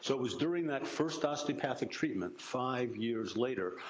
so it was during that first osteopathic treatment five years later,